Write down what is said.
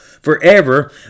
forever